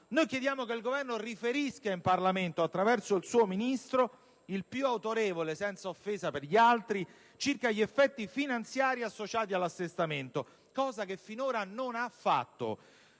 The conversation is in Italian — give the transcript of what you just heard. innanzitutto che il Governo riferisca in Parlamento attraverso il suo Ministro - il più autorevole, senza offesa per gli altri - circa gli effetti finanziari associati all'assestamento, cosa che finora non ha fatto,